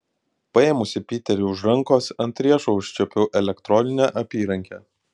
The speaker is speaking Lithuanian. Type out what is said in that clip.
paėmusi piterį už rankos ant riešo užčiuopiau elektroninę apyrankę